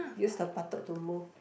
use the buttock to move